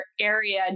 area